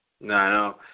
No